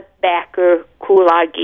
Backer-Kulagi